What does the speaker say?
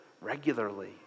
regularly